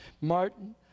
Martin